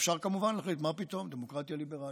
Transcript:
אפשר כמובן להחליט: מה פתאום דמוקרטיה ליברלית?